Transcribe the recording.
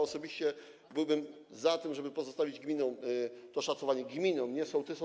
Osobiście byłbym za tym, żeby pozostawić gminom to szacowanie - gminom, nie sołtysom.